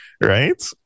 right